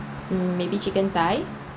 mm maybe chicken thigh